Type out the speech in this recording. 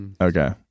Okay